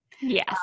Yes